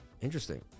Interesting